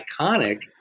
iconic